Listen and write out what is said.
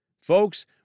Folks